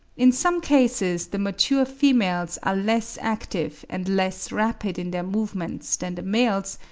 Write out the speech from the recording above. in some cases the mature females are less active and less rapid in their movements than the males,